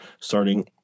starting